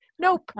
nope